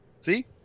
See